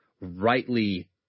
rightly